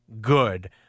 good